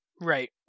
Right